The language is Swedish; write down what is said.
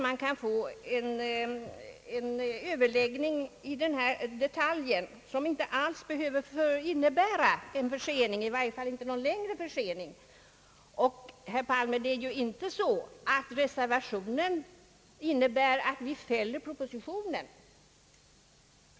Säkert är väl inte heller att det behöver innebära en försening, i varje fall inte någon längre försening. Reservationen innebär inte att propositionen skulle fällas.